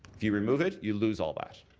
if you remove it, you lose all that.